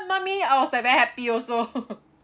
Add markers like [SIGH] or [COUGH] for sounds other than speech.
mummy I was like very happy also [LAUGHS]